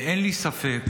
ואין לי ספק